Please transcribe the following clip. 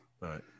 right